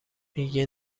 میگه